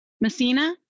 Messina